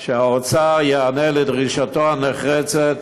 שהאוצר ייענה לדרישתו הנחרצת